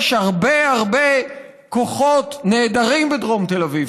יש הרבה הרבה כוחות נהדרים בדרום תל אביב.